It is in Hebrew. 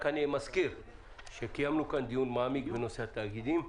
אני רק מזכיר שקיימנו כאן דיון מעמיק בנושא התאגידים.